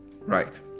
Right